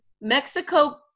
mexico